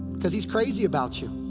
cause he's crazy about you.